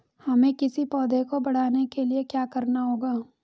हमें किसी पौधे को बढ़ाने के लिये क्या करना होगा?